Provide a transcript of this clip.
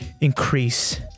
increase